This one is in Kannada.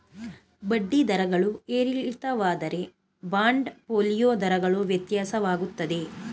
ಬಡ್ಡಿ ದರಗಳು ಏರಿಳಿತವಾದಂತೆ ಬಾಂಡ್ ಫೋಲಿಯೋ ದರಗಳು ವ್ಯತ್ಯಾಸವಾಗುತ್ತದೆ